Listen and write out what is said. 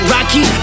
Rocky